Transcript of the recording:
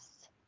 Yes